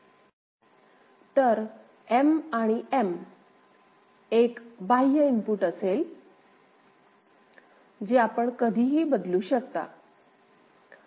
तर M हे एक बाह्य इनपुट असेल जे आपण कधीही बदलू शकता